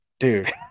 Dude